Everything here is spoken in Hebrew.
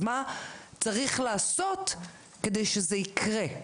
אז מה צריך לעשות כדי שזה יקרה?